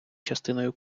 частиною